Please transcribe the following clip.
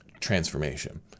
transformation